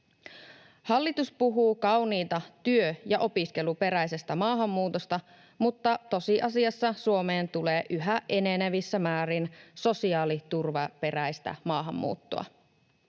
Hallitus puhuu kauniita työ- ja opiskeluperäisestä maahanmuutosta, mutta tosiasiassa Suomeen tulee yhä enenevissä määrin sosiaaliturvaperäistä maahanmuuttoa.